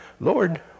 Lord